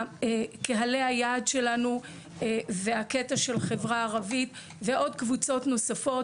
קהלי היעד שלנו והקטע של חברה ערבית ועוד קבוצות נוספות,